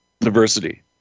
Diversity